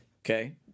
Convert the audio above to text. Okay